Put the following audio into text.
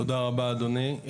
תודה רבה, אדוני.